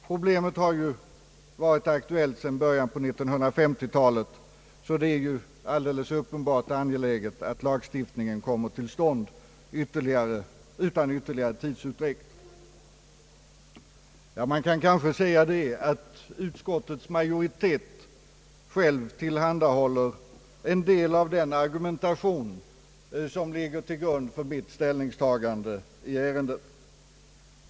Problemet har ju varit aktuellt sedan början på 1950-talet, varför det alldeles uppenbart är angeläget att lagstiftningen kommer till stånd utan ytterligare tidsutdräkt. Ja, man kan kanske säga att utskottets majoritet själv tillhandahåller en del av den argumentation som ligger till grund för mitt ställningstagande i ärendet.